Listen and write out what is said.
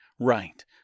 right